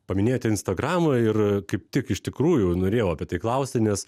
paminėjote instagramą ir kaip tik iš tikrųjų norėjau apie tai klausti nes